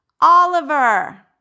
Oliver